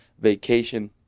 vacation